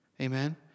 Amen